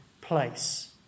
place